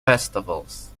festivals